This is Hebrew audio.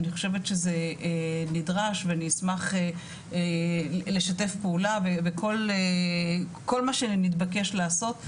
אני חושבת שזה נדרש ואני אשמח לשתף פעולה וכל מה שנתבקש לעשות,